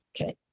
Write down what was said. Okay